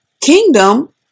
Kingdom